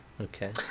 Okay